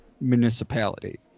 municipality